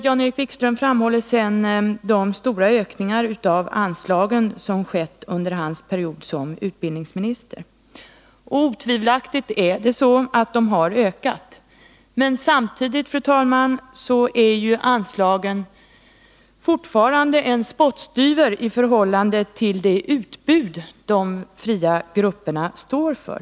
Jan-Erik Wikström framhåller sedan att det skett stora ökningar av anslagen under hans period som utbildningsminister. Otvivelaktigt är det så att anslagen har ökat. Men, fru talman, de är fortfarande en spottstyver i förhållande till det utbud som de fria grupperna står för.